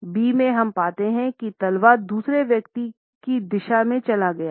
B में हम पाते हैं कि तलवा दूसरे व्यक्ति की दिशा में चला गया हैं